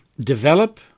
Develop